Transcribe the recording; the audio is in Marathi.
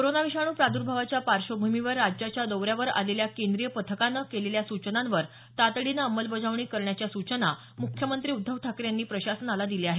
कोरोना विषाणू प्रादर्भावाच्या पार्श्वभूमीवर राज्याच्या दौऱ्यावर आलेल्या केंद्रीय पथकानं केलेल्या सूचनांवर तातडीनं अंमलबजावणी करण्याच्या सूचना मुख्यमंत्री उद्धव ठाकरे यांनी प्रशासनाला दिल्या आहेत